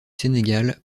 sénégal